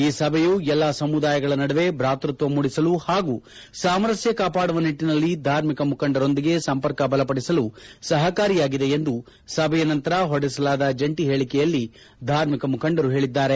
ಈ ಸಭೆಯು ಎಲ್ಲಾ ಸಮುದಾಯಗಳ ನಡುವೆ ಬ್ರಾಕೃತ್ವ ಮೂಡಿಸಲು ಪಾಗೂ ಸಾಮರಸ್ವ ಕಾಪಾಡುವ ನಿಟ್ಟನಲ್ಲಿ ಧಾರ್ಮಿಕ ಮುಖಂಡರೊಂದಿಗೆ ಸಂಪರ್ಕ ಬಲಪಡಿಸಲು ಸಪಕಾರಿಯಾಗಿದೆ ಎಂದು ಸಭೆಯ ನಂತರ ಹೊರಡಿಸಲಾದ ಜಂಟ ಹೇಳಿಕೆಯಲ್ಲಿ ಧಾರ್ಮಿಕ ಮುಖಂಡರು ಹೇಳಿದ್ದಾರೆ